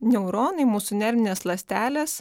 neuronai mūsų nervinės ląstelės